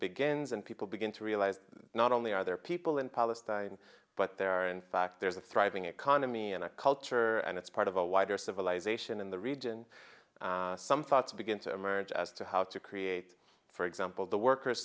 begins and people begin to realize not only are there people in palestine but there are in fact there's a thriving economy and a culture and it's part of a wider civilization in the region some thoughts begin to emerge as to how to create for example the workers